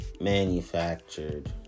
manufactured